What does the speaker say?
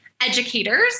educators